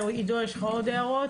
עידו, יש לך עוד הערות?